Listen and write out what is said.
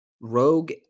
Rogue